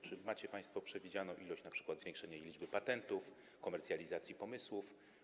Czy macie państwo przewidzianą ilość np. zwiększonej liczby patentów, komercjalizacji pomysłów?